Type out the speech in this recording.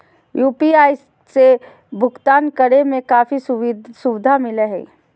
UPI से भुकतान करे में काफी सुबधा मिलैय हइ